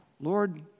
Lord